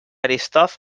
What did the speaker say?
eristoff